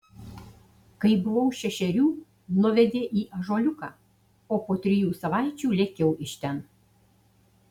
kai buvau šešerių nuvedė į ąžuoliuką o po trijų savaičių lėkiau iš ten